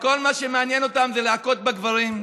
וכל מה שמעניין אותן זה להכות בגברים,